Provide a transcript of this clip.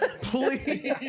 Please